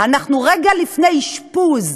אנחנו רגע לפני אשפוז.